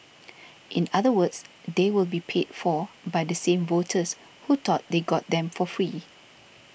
in other words they will be paid for by the same voters who thought they got them for free